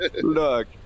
Look